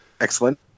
Excellent